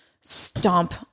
stomp